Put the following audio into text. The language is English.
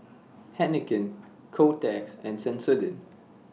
Heinekein Kotex and Sensodyne